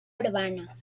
urbana